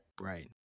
Right